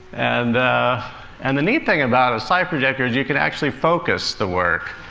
and the and the neat thing about a slide projector is you can actually focus the work,